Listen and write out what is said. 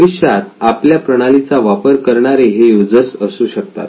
भविष्यात आपल्या प्रणालीचा वापर करणारे हे युजर्स असू शकतात